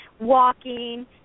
walking